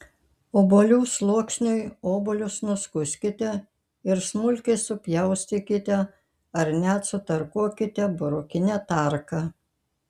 obuolių sluoksniui obuolius nuskuskite ir smulkiai supjaustykite ar net sutarkuokite burokine tarka